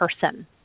person